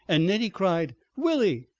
and nettie cried, willie!